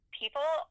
people